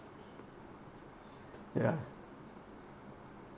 ya